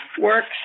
Works